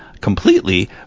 completely